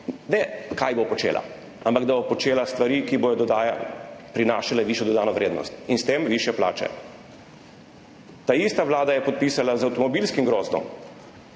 Ne, kaj bo počela, ampak da bo počela stvari, ki bodo prinašale višjo dodano vrednost in s tem višje plače. Ta ista vlada je podpisala z avtomobilskim grozdom